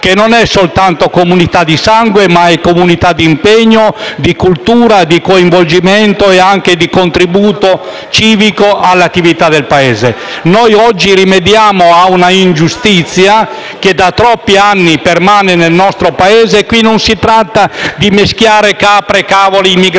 che non è soltanto comunità di sangue, ma è comunità d'impegno, di cultura, di coinvolgimento e anche di contributo civico all'attività del Paese. Noi oggi rimediamo a una ingiustizia che da troppi anni permane nel nostro Paese. Qui non si tratta di mischiare capra e cavoli: immigrazione,